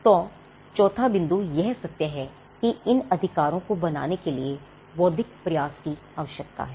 तो चौथा बिंदु यह सत्य है कि इन अधिकारों को बनाने के लिए बौद्धिक प्रयास की आवश्यकता है